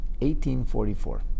1844